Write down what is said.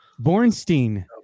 Bornstein